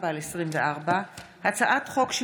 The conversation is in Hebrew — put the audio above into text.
פ/1054/24 וכלה בהצעת חוק פ/1291/24: